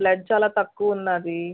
blood చాలా తక్కువ ఉన్నాది